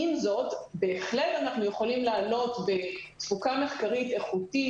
עם זאת בהחלט אנחנו יכולים לעלות בתפוקה מחקרית איכותית,